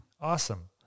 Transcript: Awesome